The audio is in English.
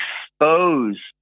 expose